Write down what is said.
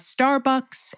Starbucks